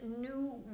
new